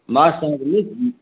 marks तऽ अहाँके नीक अछि